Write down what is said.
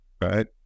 right